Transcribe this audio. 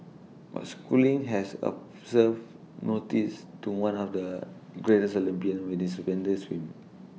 but schooling has observe notice to one of the greatest Olympian with this stupendous swim